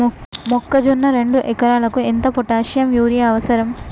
మొక్కజొన్న రెండు ఎకరాలకు ఎంత పొటాషియం యూరియా అవసరం?